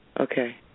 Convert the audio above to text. Okay